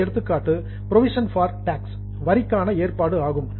அடுத்த எடுத்துக்காட்டு provision for tax வரிக்கான ஏற்பாடு ஆகும்